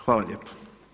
Hvala lijepo.